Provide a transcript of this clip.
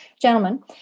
gentlemen